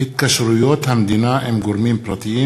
הכנסת איילת נחמיאס ורבין בנושא: התקשרויות המדינה עם גורמים פרטיים.